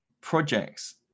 projects